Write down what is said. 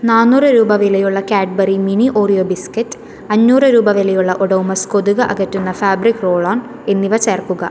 നാന്നൂറ് രൂപ വിലയുള്ള കാഡ്ബറി മിനി ഓറിയോ ബിസ്കറ്റ് അഞ്ഞൂറ് രൂപ വിലയുള്ള ഒഡോമോസ് കൊതുക് അകറ്റുന്ന ഫാബ്രിക് റോൾ ഓൺ എന്നിവ ചേർക്കുക